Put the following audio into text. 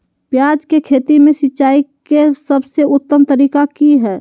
प्याज के खेती में सिंचाई के सबसे उत्तम तरीका की है?